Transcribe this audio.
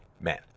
men